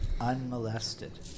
Unmolested